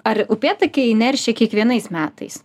ar upėtakiai neršia kiekvienais metais